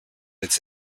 its